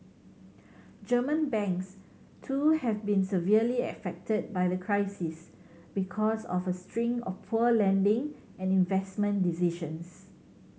German banks too have been severely affected by the crisis because of a string of poor lending and investment decisions